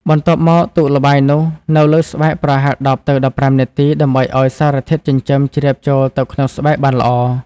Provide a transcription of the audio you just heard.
បន្ទាប់មកទុកល្បាយនោះនៅលើស្បែកប្រហែល ១០ ទៅ ១៥ នាទី ដើម្បីឱ្យសារធាតុចិញ្ចឹមជ្រាបចូលទៅក្នុងស្បែកបានល្អ។